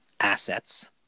Assets